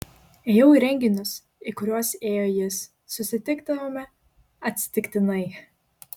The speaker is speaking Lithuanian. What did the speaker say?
ėjau į renginius į kuriuos ėjo jis susitikdavome atsitiktinai